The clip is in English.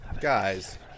Guys